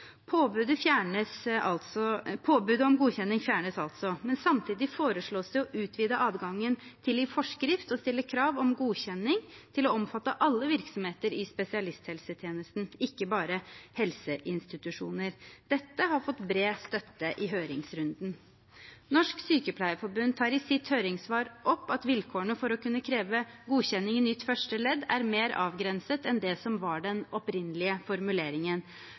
Påbudet om godkjenning fjernes altså, men samtidig foreslås det å utvide adgangen til i forskrift å stille krav om godkjenning til å omfatte alle virksomheter i spesialisthelsetjenesten, ikke bare helseinstitusjoner. Dette har fått bred støtte i høringsrunden. Norsk Sykepleierforbund tar i sitt høringssvar opp at vilkårene for å kunne kreve godkjenning i nytt første ledd er mer avgrenset enn det som var den opprinnelige formuleringen,